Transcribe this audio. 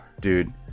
dude